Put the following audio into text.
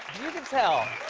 you can tell.